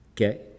Okay